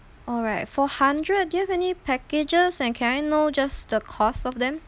alright for hundred do you have any packages and can I know just the cost of them